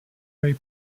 ray